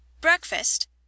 breakfast